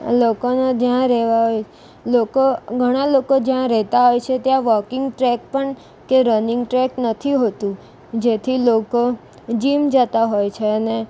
લોકોને જ્યાં રહેવા હોય લોકો ઘણા લોકો જ્યાં રહેતા હોય છે ત્યાં વોકિંગ ટ્રેક પણ કે રનિંગ ટ્રેક નથી હોતું જેથી લોકો જિમ જતાં હોય છે અને